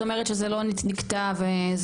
את אומרת שזה לא נקטע וזה,